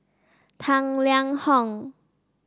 Tang Liang Hong